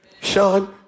Sean